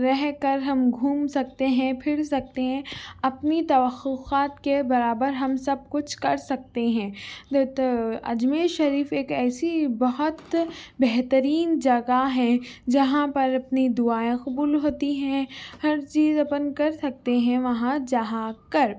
رہ کر ہم گھوم سکتے ہیں پھر سکتے ہیں اپنی توخوخات کے برابر ہم سب کچھ کر سکتے ہیں اجمیر شریف ایک ایسی بہت بہترین جگہ ہے جہاں پر اپنی دعائیں قبول ہوتی ہیں ہر چیز اپن کر سکتے ہیں وہاں جہاں کر